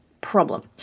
problem